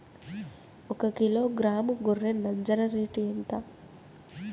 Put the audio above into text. ఒకకిలో గ్రాము గొర్రె నంజర రేటు ఎంత?